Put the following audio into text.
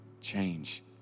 change